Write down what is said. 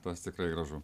tas tikrai gražu